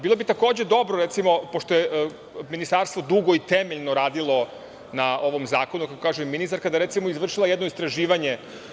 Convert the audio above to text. Bilo bi takođe dobro, recimo, pošto je Ministarstvo dugo i temeljno radilo na ovom zakonu, kako kaže ministarka, da je, recimo, izvršila jedno istraživanje.